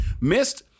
missed